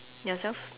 yourself